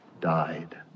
died